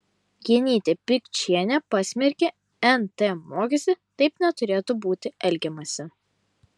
genytė pikčienė pasmerkė nt mokestį taip neturėtų būti elgiamasi